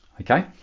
okay